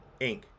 Inc